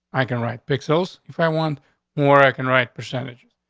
i can write pixels. if i want more, i can write percentages,